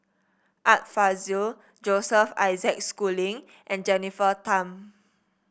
Art Fazil Joseph Isaac Schooling and Jennifer Tham